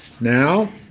Now